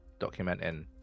documenting